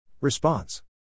Response